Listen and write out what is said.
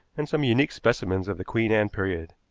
and some unique specimens of the queen anne period.